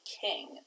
King